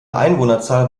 einwohnerzahl